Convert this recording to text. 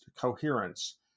coherence